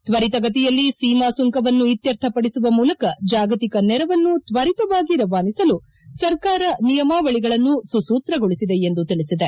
ತ್ವರಿತಗತಿಯಲ್ಲಿ ಸೀಮಾ ಸುಂಕವನ್ನು ಇತ್ವರ್ಥಪಡಿಸುವ ಮೂಲಕ ಜಾಗತಿಕ ನೆರವನ್ನು ತ್ವರಿತವಾಗಿ ರವಾನಿಸಲು ಸರ್ಕಾರ ನಿಯಮಾವಳಿಗಳನ್ನು ಸುಸೂತ್ರಗೊಳಿಸಿದೆ ಎಂದು ತಿಳಿಸಿದೆ